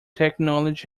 technology